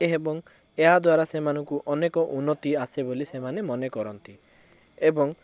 ଏବଂ ଏହା ଦ୍ୱାରା ସେମାନଙ୍କୁ ଅନେକ ଉନ୍ନତି ଆସେ ବୋଲି ସେମାନେ ମାନେ କରନ୍ତି ଏବଂ